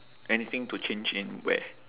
anything to change in where